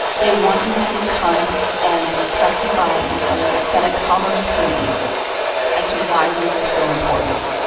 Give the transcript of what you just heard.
they want you to come and testify in front of the senate commerce committee as to why these are so important.